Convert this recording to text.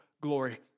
glory